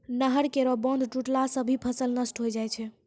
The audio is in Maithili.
नहर केरो बांध टुटला सें भी फसल नष्ट होय जाय छै